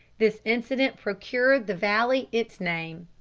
this incident procured the valley its name.